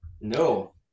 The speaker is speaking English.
No